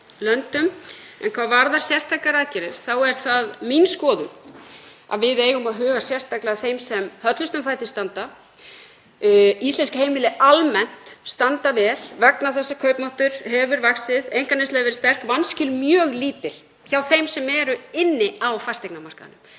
löndum. Hvað varðar sértækar aðgerðir þá er það mín skoðun að við eigum að huga sérstaklega að þeim sem höllustum fæti standa. Íslensk heimili almennt standa vel vegna þess að kaupmáttur hefur vaxið. Einkaneysla hefur verið sterk og vanskil mjög lítil hjá þeim sem eru á fasteignamarkaði.